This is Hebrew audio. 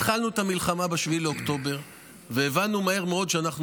התחלנו את המלחמה ב-7 באוקטובר והבנו מהר מאוד שאנחנו